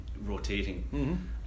rotating